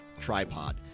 tripod